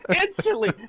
instantly